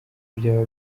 byaba